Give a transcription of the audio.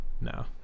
no